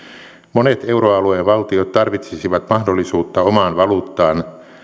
monet euroalueen valtiot tarvitsisivat mahdollisuutta omaan valuuttaan